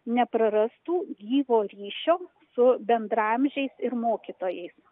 neprarastų gyvo ryšio su bendraamžiais ir mokytojais